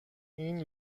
این